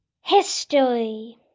History